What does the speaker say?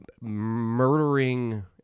murdering